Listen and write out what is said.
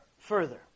further